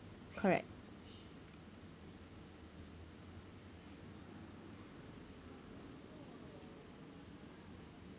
correct